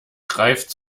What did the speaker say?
greift